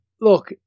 look